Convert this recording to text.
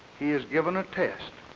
he is given a test.